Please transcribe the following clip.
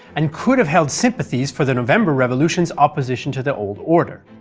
and could have held sympathies for the november revolution's opposition to the old order.